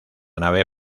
nave